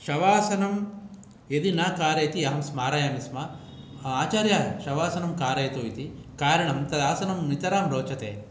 शवासनं यदि न कारयति अहं स्मारयामि स्म आचार्य शवासनं कारयतु इति कारणं तत् आसनं नितरां रोचते